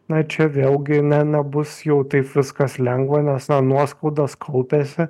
na čia vėlgi ne nebus jau taip viskas lengva nes nuoskaudos kaupiasi